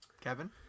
Kevin